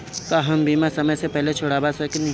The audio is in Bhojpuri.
का हम बीमा समय से पहले छोड़वा सकेनी?